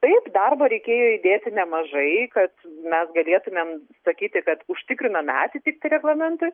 taip darbo reikėjo įdėti nemažai kad mes galėtumėm sakyti kad užtikriname atitiktį reglamentui